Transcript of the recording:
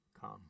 come